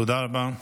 תודה רבה.